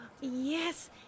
Yes